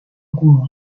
错过